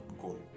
goal